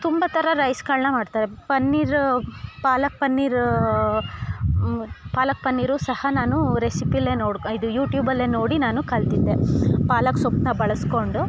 ತುಂಬ ಥರ ರೈಸ್ಗಳನ್ನ ಮಾಡ್ತಾರೆ ಪನ್ನೀರ್ ಪಾಲಾಕ್ ಪನ್ನೀರ್ ಪಾಲಾಕ್ ಪನ್ನೀರು ಸಹ ನಾನು ರೆಸಿಪೆಲ್ಲೇ ನೋಡ್ಕೊ ಇದು ಯೂಟ್ಯೂಬಲ್ಲೇ ನೋಡಿ ನಾನು ಕಲಿತಿದ್ದೆ ಪಾಲಾಕ್ ಸೊಪ್ಪನ್ನ ಬಳಸ್ಕೊಂಡು